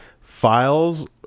files